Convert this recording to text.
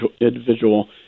individual